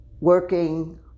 working